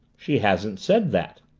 she hasn't said that.